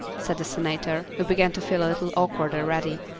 said the senator, who began to feel a little awkward already.